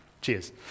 Cheers